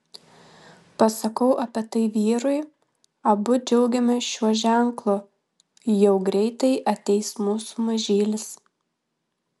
pasakau apie tai vyrui abu džiaugiamės šiuo ženklu jau greitai ateis mūsų mažylis